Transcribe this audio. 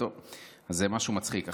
טוב, אז זה משהו מצחיק.